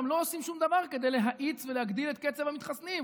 גם לא עושים שום דבר כדי להאיץ ולהגדיל את קצב המתחסנים,